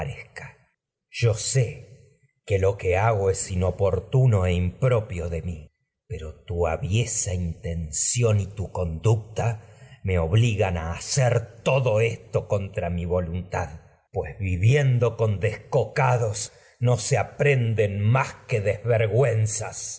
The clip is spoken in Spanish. yo sé que pero tu lo que hago inoportuno y impropio me de mí a aviesa esto no intención tu conducta obligan hacer todo contra mi voluntad que pues viviendo con descocados se aprenden más clitemnestra desvergüenzas